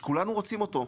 שכולנו רוצים אותו,